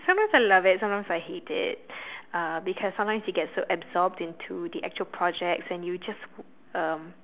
sometimes I love it sometimes I hate it uh because sometimes you get so absorbed into the actual projects and you just uh